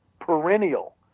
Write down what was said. perennial